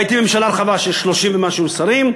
והייתי בממשלה רחבה של 30 ומשהו שרים,